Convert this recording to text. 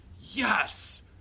yes